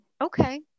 Okay